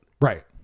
Right